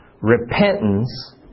repentance